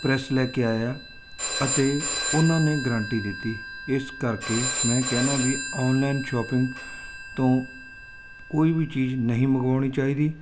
press ਲੈ ਕੇ ਆਇਆ ਅਤੇ ਉਹਨਾਂ ਨੇ ਗਰੰਟੀ ਦਿੱਤੀ ਇਸ ਕਰਕੇ ਮੈਂ ਕਹਿੰਦਾ ਵੀ ਔਨਲਾਈਨ ਸ਼ੋਪਿੰਗ ਤੋਂ ਕੋਈ ਵੀ ਚੀਜ਼ ਨਹੀਂ ਮੰਗਵਾਉਣੀ ਚਾਹੀਦੀ